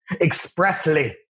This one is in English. Expressly